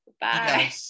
bye